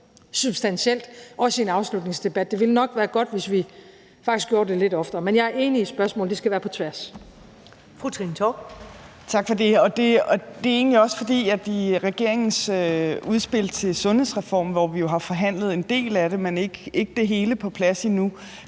substantielt, også i en afslutningsdebat. Det ville nok være godt, hvis vi faktisk gjorde det lidt oftere. Men jeg er enig i spørgsmålet, altså at det skal være på tværs. Kl. 22:47 Første næstformand (Karen Ellemann) : Fru Trine Torp. Kl. 22:47 Trine Torp (SF) : Tak for det. I regeringens udspil til en sundhedsreform, hvor vi jo har forhandlet en del af det, men ikke det hele på plads endnu,